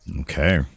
Okay